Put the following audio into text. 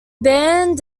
band